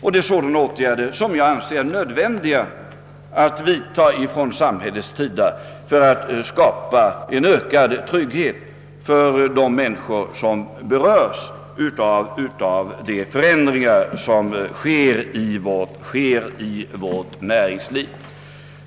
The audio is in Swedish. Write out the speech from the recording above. Det är sådana åtgärder som jag anser nödvändiga att vidta från samhällets sida för att skapa ökad trygghet åt de människor som berörs av de förändringar som sker i vårt näringsliv.